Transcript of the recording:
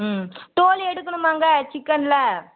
ம் தோல் எடுக்கணுமாங்க சிக்கனில்